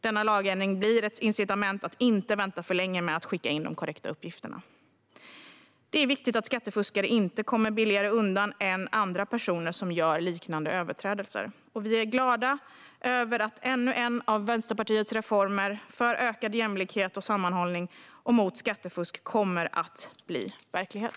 Denna lagändring blir ett incitament att inte vänta för länge med att skicka in de korrekta uppgifterna. Det är viktigt att skattefuskare inte kommer billigare undan än andra personer som gör liknande överträdelser. Vi är glada över att ännu en av Vänsterpartiets reformer för ökad jämlikhet och sammanhållning och mot skattefusk kommer att bli verklighet.